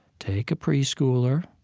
take a preschooler,